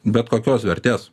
bet kokios vertės